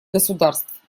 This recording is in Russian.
государств